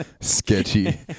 Sketchy